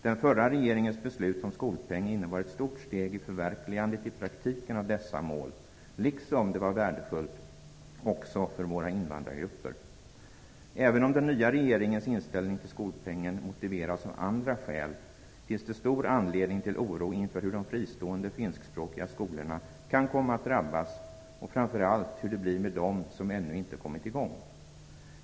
Den förra regeringens beslut om skolpeng innebar ett stort steg i förverkligandet i praktiken av dessa mål, liksom det var värdefullt också för våra invandrargrupper. Även om den nya regeringens inställning till skolpengen motiveras av andra skäl, finns det stor anledning till oro inför hur de fristående finskspråkiga skolorna kan komma att drabbas och framför allt hur det blir med dem som ännu inte kommit i gång.